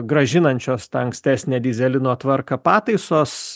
grąžinančios tą ankstesnę dyzelino tvarką pataisos